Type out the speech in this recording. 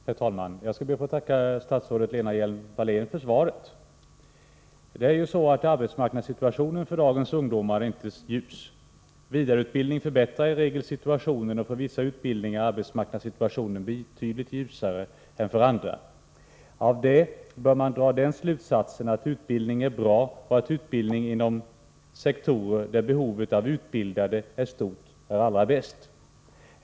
Herr talman! Jag skall be att få tacka statsrådet Lena Hjelm-Wallén för svaret. Det är ju så att arbetsmarknadssituationen för dagens ungdomar inte är ljus. Vidareutbildning förbättrar i regel situationen, och för vissa utbildningar är arbetsmarknadssituationen betydligt ljusare än för andra. Av detta bör man dra den slutsatsen att utbildning är bra och att utbildning inom sektorer där behovet av utbildade är stort är allra bäst.